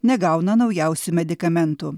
negauna naujausių medikamentų